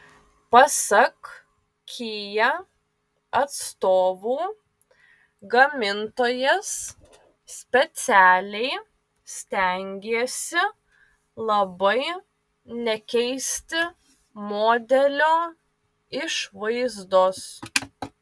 pasak kia atstovų gamintojas specialiai stengėsi labai nekeisti modelio išvaizdos